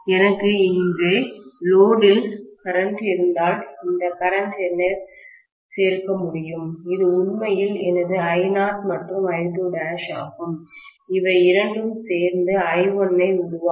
எனக்கு இங்கே லோடில் கரண்ட் இருந்தால் இந்த கரண்ட்டைஎன்னால் சேர்க்க முடியும் இது உண்மையில் எனது I0 மற்றும் I2' ஆகும் இவை இரண்டும் சேர்ந்து I1 ஐ உருவாக்கும்